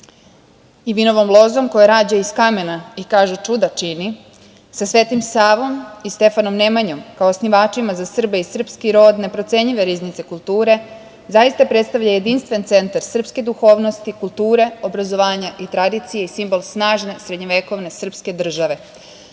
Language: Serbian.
i vinovom lozom koja rađa iz kamena i kažu čuda čini, sa Svetim Savom i Stefanom Nemanjom, kao osnivačima za Srbe i srpski rod, neprocenjive riznice kulture, zaista predstavlja jedinstven centar srpske duhovnosti, kulture, obrazovanja i tradicije i simbol snažne srednjovekovne srpske države. Učili